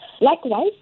Likewise